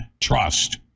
trust